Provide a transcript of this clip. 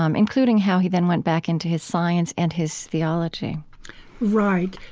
um including how he then went back into his science and his theology right.